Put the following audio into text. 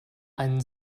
einen